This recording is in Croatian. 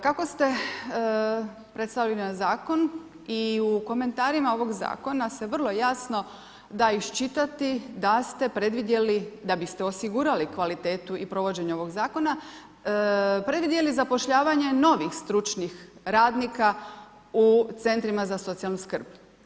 Kako ste predstavljali zakon i u komentarima ovog zakona se vrlo jasno da iščitati, da ste predvidjeli da ste osigurali kvalitetu i provođenje ovog zakona predvidjeli zapošljavanje novih stručnih radnika u centrima za socijalnu skrb.